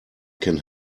can